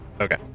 Okay